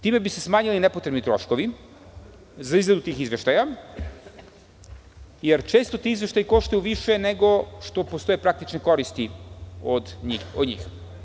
Time bi se smanjili nepotrebni troškovi za izradu izveštaj, jer često ti izveštaji koštaju više nego što postoje praktične koristi od njih.